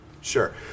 Sure